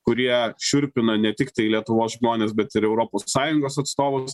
kurie šiurpina ne tiktai lietuvos žmones bet ir europos sąjungos atstovus